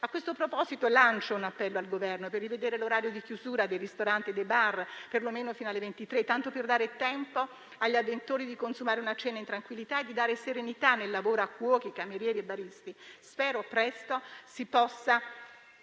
A questo proposito lancio un appello al Governo, per rivedere l'orario di chiusura dei ristoranti e dei bar, per lo meno fino alle 23, tanto per dare tempo agli avventori di consumare una cena in tranquillità e di dare serenità al lavoro di cuochi, camerieri e baristi. Spero presto si possa